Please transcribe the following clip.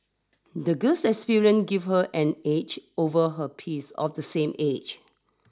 the girl's experience gave her an edge over her piece of the same age